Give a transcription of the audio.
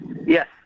Yes